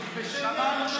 שמענו,